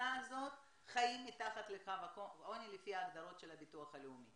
מהקבוצה הזאת חיים מתחת לקו העוני לפי ההגדרות של הביטוח הלאומי.